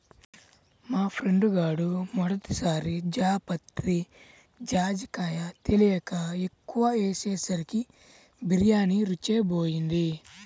మా ఫ్రెండు గాడు మొదటి సారి జాపత్రి, జాజికాయ తెలియక ఎక్కువ ఏసేసరికి బిర్యానీ రుచే బోయింది